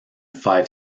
five